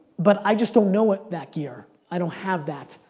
but i just don't know ah that gear. i don't have that.